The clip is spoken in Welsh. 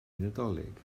nadolig